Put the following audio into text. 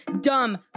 dumb